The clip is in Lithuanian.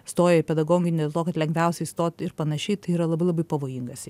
stoja į pedagoginį dėl to kad lengviausia įstoti ir panašiai tai yra labai labai pavojingas